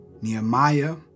Nehemiah